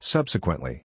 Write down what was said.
Subsequently